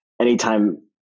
anytime